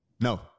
No